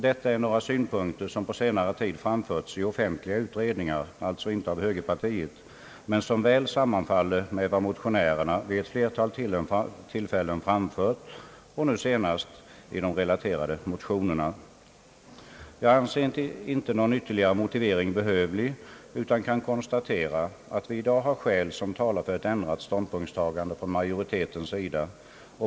Detta är några synpunkter som på senare tid framförts i offentliga utredningar, alltså inte av högerpartiet, men som väl sammanfaller med vad motionärerna vid ett flertal Jag anser inte någon ytterligare motivering behövlig, utan kan konstatera att vi i dag har skäl som talar för ett ändrat ståndpunktstagande från majoritetens sida.